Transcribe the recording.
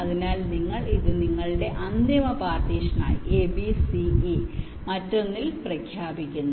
അതിനാൽ നിങ്ങൾ ഇത് നിങ്ങളുടെ അന്തിമ പാർട്ടീഷനായി a b c e മറ്റൊന്നിൽ മറ്റൊന്നിൽ പ്രഖ്യാപിക്കുന്നു